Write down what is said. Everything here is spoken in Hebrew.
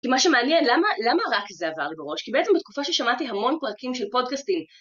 כי מה שמעניין, למה , למה רק זה עבר לי בראש? כי בעצם בתקופה ששמעתי המון פרקים של פודקאסטים.